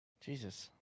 Jesus